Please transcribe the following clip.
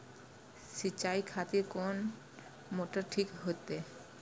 सीचाई खातिर कोन मोटर ठीक होते?